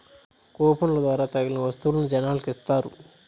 కూపన్ల ద్వారా తగిలిన వత్తువులను జనాలకి ఇత్తారు